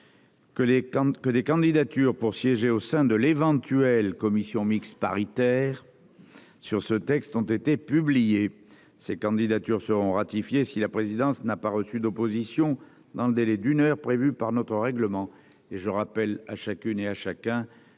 que des candidatures pour siéger au sein de l’éventuelle commission mixte paritaire sur ce texte ont été publiées. Ces candidatures seront ratifiées si la présidence n’a pas reçu d’opposition dans le délai d’une heure prévu par notre règlement. Si une commission